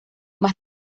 más